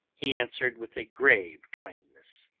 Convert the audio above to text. he answered with a grave kindness